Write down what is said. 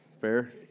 Fair